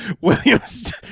Williams